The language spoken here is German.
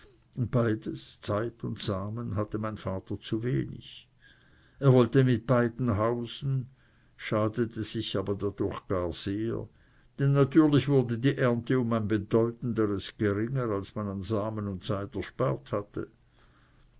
beides zeit und samen hatte mein vater zu wenig er wollte mit beidem hausen schadete sich aber dadurch gar sehr denn natürlich wurde die ernte um ein bedeutenderes geringer als man an samen und zeit erspart hatte